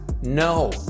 No